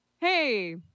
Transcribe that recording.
hey